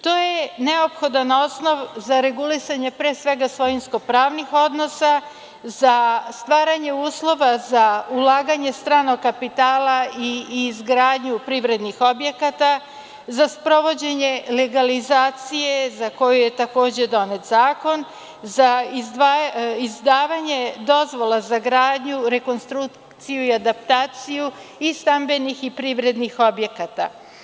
To je neophodan osnov za regulisanje pre svega svojinsko-pravnih odnosa, za stvaranje uslova za ulaganje stranog kapitala i izgradnju privrednih objekata, za sprovođenje legalizacije, za koju je takođe donet zakon, za izdavanje dozvola za gradnju, rekonstrukciju i adaptaciju stambenih i privrednih objekata.